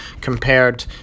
compared